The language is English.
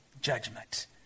judgment